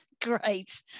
great